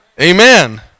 amen